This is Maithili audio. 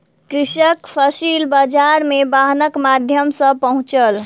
कृषक फसिल बाजार मे वाहनक माध्यम सॅ पहुँचल